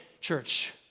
church